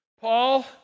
Paul